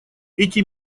эти